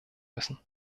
müssen